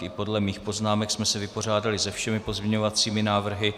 I podle mých poznámek jsme se vypořádali se všemi pozměňovacími návrhy.